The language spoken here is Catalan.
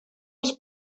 els